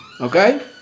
Okay